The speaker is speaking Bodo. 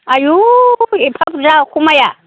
आयु एफा बुरजा खमाया